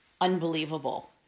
unbelievable